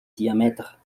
diamètre